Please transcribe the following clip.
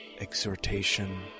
Exhortation